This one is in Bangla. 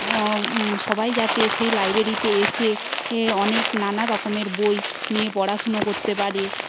সবাই যাতে সেই লাইব্রেরিতে এসে অনেক নানা রকমের বই নিয়ে পড়াশোনা করতে পারে